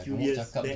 as bad